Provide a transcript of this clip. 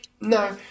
No